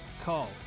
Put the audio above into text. Call